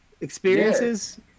experiences